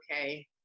Okay